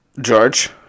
George